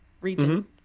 region